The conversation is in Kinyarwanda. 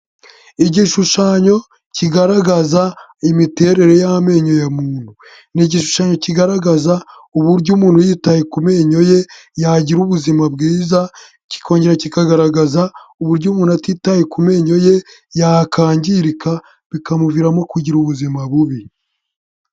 Igishushanyo kigaragaza imiterere y'amenyo ya muntu. Ni igishushanyo kigaragaza uburyo umuntu yitaye ku menyo ye yagira ubuzima bwiza, kikongera kikagaragaza uburyo umuntu atitaye ku menyo ye yakangirika bikamuviramo kugira ubuzima bubi.